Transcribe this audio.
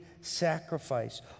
sacrifice